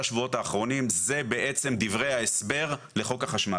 שבועות האחרונים זה בעצם דברי ההסבר לחוק החשמל.